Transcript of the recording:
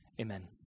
Amen